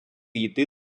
йти